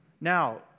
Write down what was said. Now